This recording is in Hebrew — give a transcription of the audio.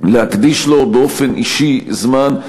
להקדיש לו באופן אישי זמן,